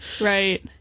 right